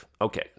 Okay